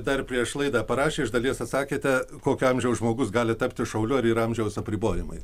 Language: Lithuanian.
dar prieš laidą parašė iš dalies atsakėte kokio amžiaus žmogus gali tapti šauliu ar yra amžiaus apribojimai